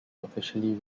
officially